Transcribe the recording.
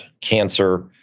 cancer